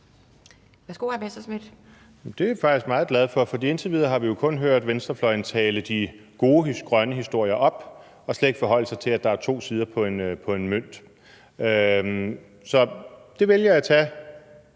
Morten Messerschmidt (DF): Det er jeg faktisk meget glad for, for indtil videre har vi jo kun hørt venstrefløjen tale de gode grønne historier op og slet ikke forholde sig til, at der er to sider af en mønt. Så det, fru Mai